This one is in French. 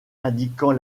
indiquant